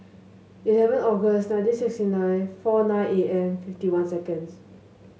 eleven August nineteen sixty nine four nine A M fifty one seconds